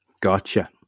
gotcha